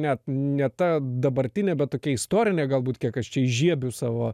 net ne ta dabartinė bet tokia istorinė galbūt kiek aš čia įžiebiu savo